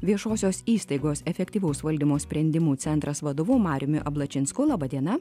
viešosios įstaigos efektyvaus valdymo sprendimų centras vadovu mariumi ablačinsku laba diena